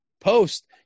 Post